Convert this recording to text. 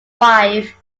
wife